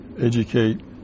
Educate